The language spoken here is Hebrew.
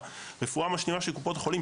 ברפואה המשלימה של קופות החולים,